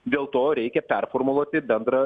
dėl to reikia performuluoti bendrą